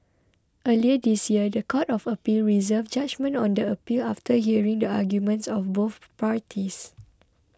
earlier this year the Court of Appeal reserved judgement on the appeal after hearing the arguments of both parties